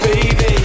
Baby